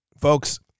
folks